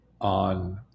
on